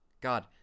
God